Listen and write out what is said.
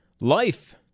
life